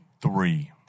three